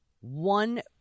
one